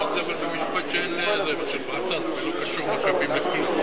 אפשר באמצעות רשויות התכנון,